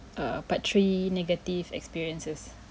err part three negative experiences